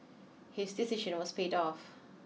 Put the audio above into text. his decision was paid off